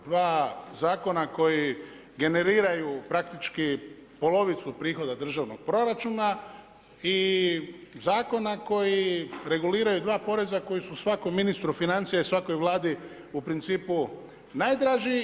Dva zakona koji generiraju praktički polovicu prihoda državnog proračuna i zakona koji reguliraju dva poreza koji su svakom ministru financija i svakoj Vladi u principu najdraži.